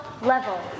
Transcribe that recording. level